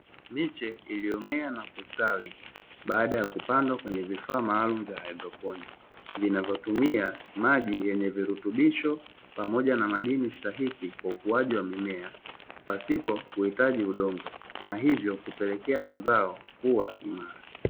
Miche iliyomea na kustawi baada ya kupandwa kwenye vifaa maalumu vya haidroponi, vinavyotumia maji yenye virutubisho pamoja na madini stahiki kwa ukuaji wa mimea pasipo kuhitaji udongo na hivyo hupelekea mazao kuwa imara.